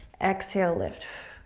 exhale, lift.